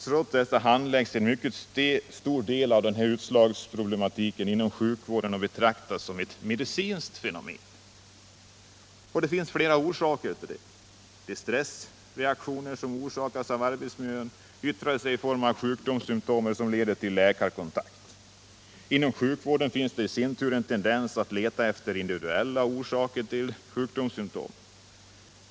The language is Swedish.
Trots detta handläggs en mycket stor del av utslagningsproblematiken inom sjukvården och betraktas som ett medicinskt fenomen. Det finns flera orsaker till detta. De stressreaktioner som orsakas av arbetsmiljön yttrar sig i form av sjukdomssymtom som leder till läkarkontakt. Inom sjukvården finns i sin tur en tendens att leta efter individuella orsaker till sjukdomssymtom.